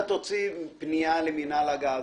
אתה תוציא פנייה למינהל הגז,